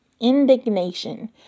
indignation